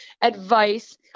advice